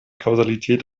kausalität